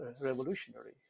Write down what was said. revolutionary